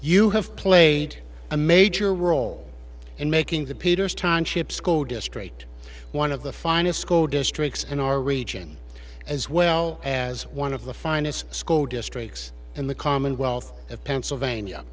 you have played a major role in making the peters timeship school district one of the finest sco districts in our region as well as one of the finest school districts in the commonwealth of pennsylvania